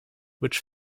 which